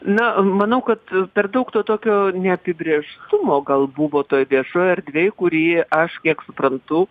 na manau kad per daug to tokio neapibrėžtumo gal buvo toj viešoj erdvėj kurį aš kiek suprantu